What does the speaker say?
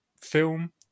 film